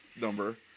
number